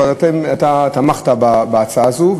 ואתה תמכת בהצעה הזו.